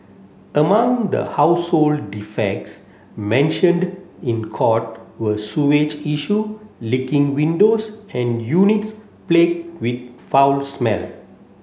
among the household defects mentioned in court were sewage issue leaking windows and units plagued with foul smell